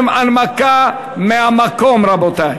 רבותי,